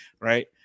Right